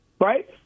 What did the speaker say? right